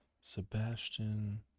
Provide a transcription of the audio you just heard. sebastian